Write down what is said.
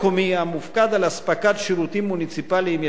המופקד על מתן שירותים מוניציפליים ישירים,